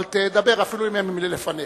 אבל תדבר גם אם הם לפניך.